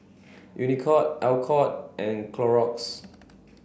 Unicurd Alcott and Clorox